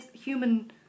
human